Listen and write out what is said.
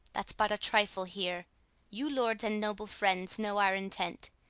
that's but a trifle here you lords and noble friends, know our intent.